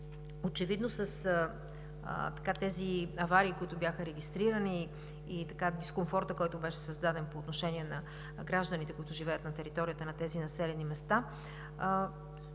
Очевидно с тези аварии, които бяха регистрирани, и дискомфорта, който беше създаден по отношение на гражданите, които живеят на територията на тези населени места,